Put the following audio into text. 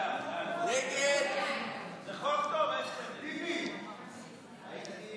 את הצעת חוק המכר (דירות) (תיקון